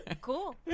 cool